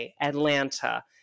Atlanta